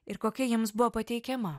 ir kokia jiems buvo pateikiama